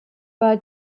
war